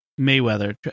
Mayweather